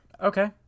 Okay